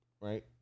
Right